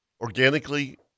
organically